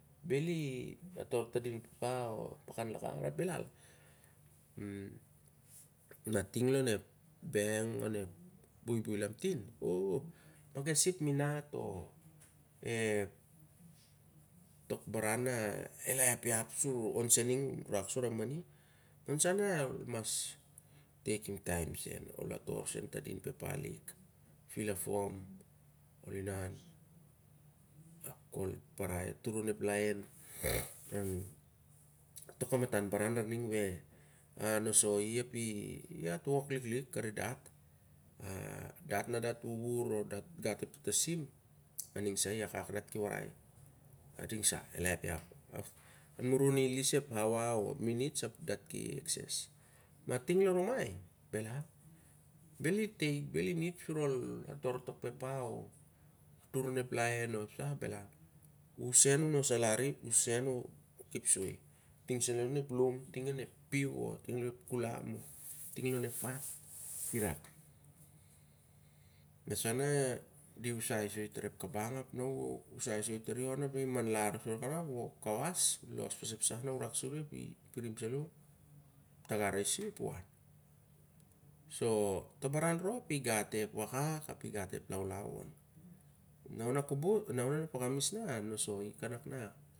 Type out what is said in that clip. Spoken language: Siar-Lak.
Bel i ator ta dit pepea o pakan laka, belal. Ma ting lon ep bank on ep buibui lamtin, ep minat o tok baran na ol rak ol ai ydyap sur ol toloi a mani, el teikim taim sen, ol ator sen ta dit pepa. Ol fil a fom, ol iran tur onep laen to kamatan baran larning a nosoi i apihat wek lik lak- kari dat. Dat warai a ninga i wakak, dat ki warai, an murin el is ep hawa o minits ap dat ki ekses. Ma ting lo rumai, belal, bel init sur ol ator tok pepa, tur onep laen o belal. U sen u nosalr i, u sen u kepsoi. Ting sen alo on ep lom ting on ep piu o ting lon ep kulam o ting lon ef fat, irak. Nasa di usal soi tar ep kubang, di usai soi tari on ap na i mangler so rak ana, u kawas, los pas ap u an. So to baran rop i gat ep wakak ap i gat ep laulau on. Na ona kobot, na on i na ep fakamis na, a nosoi i kanak